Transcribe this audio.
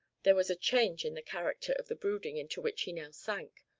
there was a change in the character of the brooding into which he now sank,